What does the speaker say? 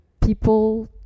people